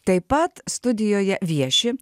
taip pat studijoje vieši